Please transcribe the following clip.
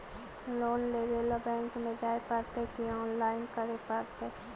Loan लेवे ल bank में जाय पड़तै कि औनलाइन करे पड़तै?